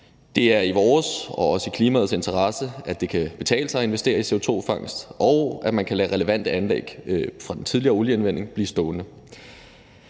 Det er i vores og også i klimaets interesse, at det kan betale sig at investere i CO2-fangst, og at man kan lade relevante anlæg fra den tidligere olieindvinding blive stående.